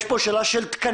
יש פה שאלה של תקנים.